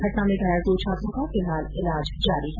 घटना में घायल दो छात्रों का फिलहाल इलाज जारी है